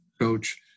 coach